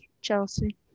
Chelsea